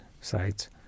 sites